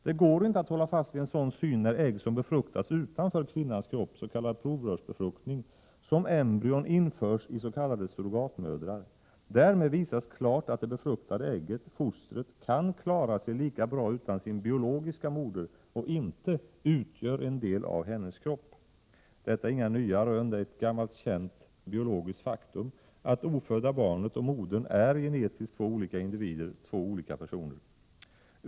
Det går inte att hålla fast vid en sådan syn när ägg som befruktats utanför kvinnans kropp, genom s.k. provrörsbefruktning, som embryon införs i s.k. surrogatmödrar. Därmed visas klart att det befruktade ägget — fostret — kan klara sig lika bra utan sin biologiska moder och inte ”utgör en del av hennes kropp”. Detta är inga nya rön. Det är ett gammalt känt biologiskt faktum att det ofödda barnet och modern är genetiskt två olika individer — två olika personer.